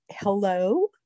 hello